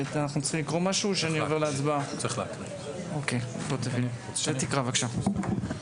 צחי, תקרא, בבקשה.